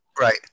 Right